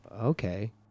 Okay